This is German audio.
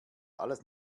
alles